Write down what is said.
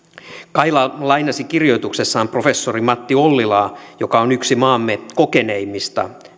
kaila lainasi kirjoituksessaan professori matti ollilaa joka on yksi maamme kokeneimmista